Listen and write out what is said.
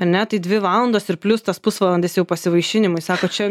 ane tai dvi valandos ir plius tas pusvalandis jau pasivaišinimui sako čia